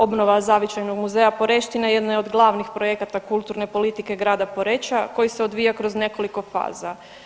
Obnova zavičajnog muzeja Poreštine jedna je od glavnih projekata kulturne politike grada Poreča koji se odvija kroz nekoliko faza.